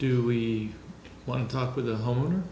do we want to talk with the homeowner